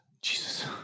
Jesus